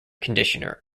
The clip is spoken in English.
conditioner